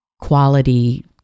quality